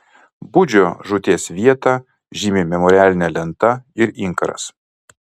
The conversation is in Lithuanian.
budžio žūties vietą žymi memorialinė lenta ir inkaras